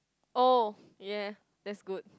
oh ya that's good